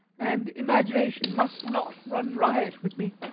and imagination must not run riot with me.